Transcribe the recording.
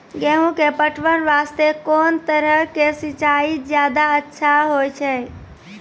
गेहूँ के पटवन वास्ते कोंन तरह के सिंचाई ज्यादा अच्छा होय छै?